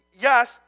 yes